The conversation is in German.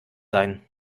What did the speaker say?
sein